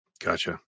Gotcha